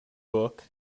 book